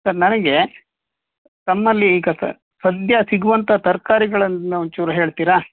sir ನನಗೆ ತಮ್ಮಲ್ಲಿ ಈಗ ಸದ್ಯ ಸಿಗುವಂಥ ತರಕಾರಿಗಳನ್ನ ಒಂಚೂರು ಹೇಳ್ತೀರಾ